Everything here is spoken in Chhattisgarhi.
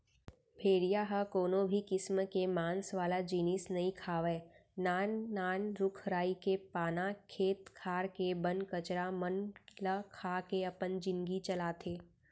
भेड़िया ह कोनो भी किसम के मांस वाला जिनिस नइ खावय नान नान रूख राई के पाना, खेत खार के बन कचरा मन ल खा के अपन जिनगी चलाथे